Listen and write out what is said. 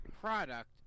product